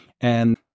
And-